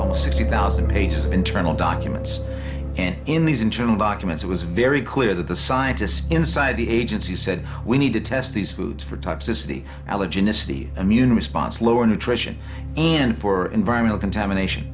experience sixty thousand pages of internal documents and in these internal documents it was very clear that the scientists inside the agency said we need to test these foods for toxicity allergenicity immune response lower nutrition and for environmental contamination